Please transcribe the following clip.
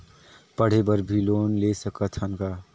पढ़े बर भी लोन ले सकत हन का?